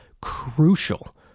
crucial